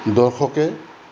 দৰ্শকে